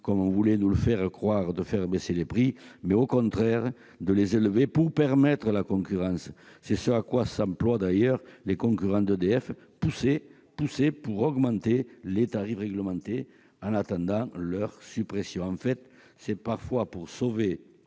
comme on voulait nous le faire croire, de faire baisser les prix, mais au contraire de les élever pour permettre la concurrence. C'est d'ailleurs ce à quoi s'emploient les concurrents d'EDF, qui poussent pour obtenir une augmentation des tarifs réglementés, en attendant leur suppression. En fait, c'est parfois pour sauver